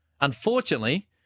Unfortunately